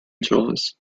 jealous